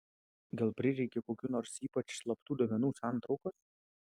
gal prireikė kokių nors ypač slaptų duomenų santraukos